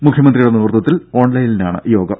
മുഖ്യമന്ത്രിയുടെ നേതൃത്വത്തിൽ ഓൺലൈനിലാണ് യോഗം